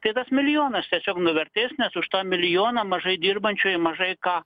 tai tas milijonas tiesiog nuvertės nes už tą milijoną mažai dirbančiųjų mažai ką